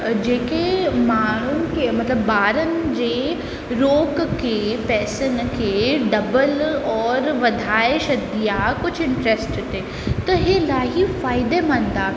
जेके माण्हुनि खे मतलबु ॿारनि जी रोक खे पैसनि खे डबल और वधाए छॾिबी आहे कुझु इंट्रस्ट ते त इहे इलाही फ़ाइदेमंद आहे